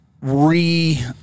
re